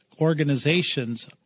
organizations